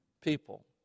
people